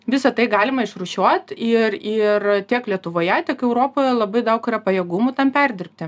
visa tai galima išrūšiuot ir ir tiek lietuvoje tiek europoje labai daug yra pajėgumų tam perdirbti